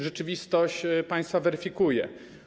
Rzeczywistość państwa weryfikuje.